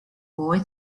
boy